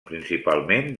principalment